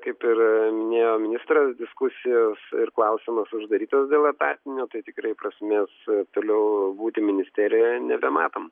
kaip ir minėjo ministras diskusijos ir klausimas uždarytas dėl etatinio tai tikrai prasmės toliau būti ministerijoje nebematom